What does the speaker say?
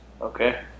Okay